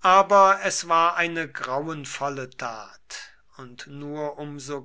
aber es war eine grauenvolle tat und nur um so